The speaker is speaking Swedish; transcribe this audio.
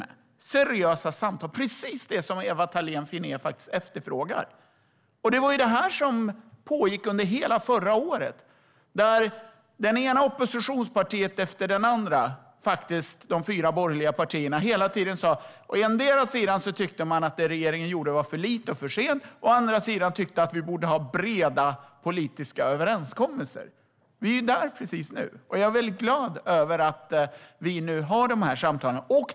Det är seriösa samtal. Det är precis det som Ewa Thalén Finné faktiskt efterfrågar. Det var detta som pågick under hela förra året, då det ena oppositionspartiet efter det andra - de fyra borgerliga partierna - hela tiden sa att man å ena sidan tyckte att det som regeringen gjorde var för lite och för sent och å andra sidan tyckte att vi borde ha breda politiska överenskommelser. Vi är ju där precis nu, och jag är väldigt glad över att vi nu har de här samtalen.